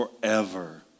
forever